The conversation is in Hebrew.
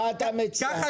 מה אתה מציע?